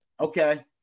Okay